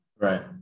right